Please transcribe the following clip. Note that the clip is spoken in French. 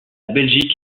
belgique